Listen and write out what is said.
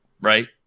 Right